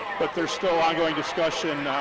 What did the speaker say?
but there's still ongoing discussion,